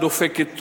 דופקת טוב,